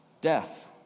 death